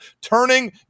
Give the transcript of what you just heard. turning